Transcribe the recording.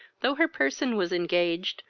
though her person was engaged,